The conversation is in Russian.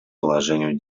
положению